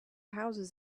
houses